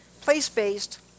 place-based